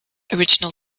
original